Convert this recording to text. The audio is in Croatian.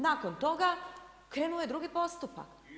Nakon toga, krenuo je drugi postupak.